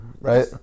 right